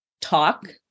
talk